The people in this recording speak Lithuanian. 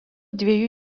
dviejų